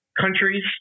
countries